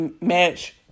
match